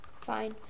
Fine